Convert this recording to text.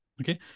Okay